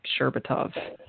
Sherbatov